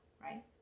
right